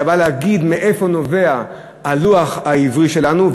אלא הוא בא להגיד מאיפה נובע הלוח העברי שלנו,